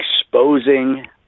exposing